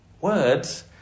Words